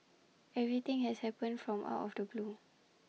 everything has happened from out of the blue